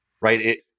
right